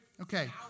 Okay